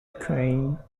ukraine